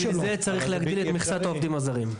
בשביל זה חיים להגדיל את מכסת העובדים הזרים.